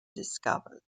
discovered